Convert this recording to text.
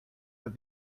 that